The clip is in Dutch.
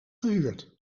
gehuurd